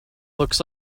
looks